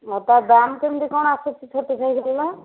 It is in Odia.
ଆଉ ତା ଦାମ କେମିତି କ'ଣ ଆସୁଛି ଛୋଟ ସାଇକେଲର